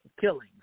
killings